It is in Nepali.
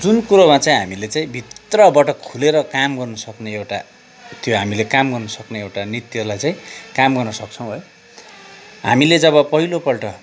जुन कुरोमा चाहिँ हामीले चाहिँ भित्रबाट खुलेर काम गर्नुसक्ने एउटा त्यो हामीले काम गर्नुसक्ने एउटा नृत्यलाई चाहिँ काम गर्नसक्छौँ है हामीले जब पहिलोपल्ट